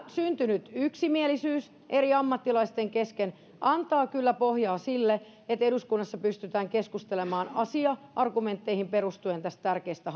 syntynyt yksimielisyys eri ammattilaisten kesken antaa kyllä pohjaa sille että eduskunnassa pystytään keskustelemaan asia argumentteihin perustuen tästä tärkeästä